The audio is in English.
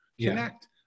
connect